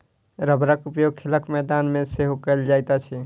रबड़क उपयोग खेलक मैदान मे सेहो कयल जाइत अछि